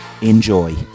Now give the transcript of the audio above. Enjoy